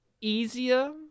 easier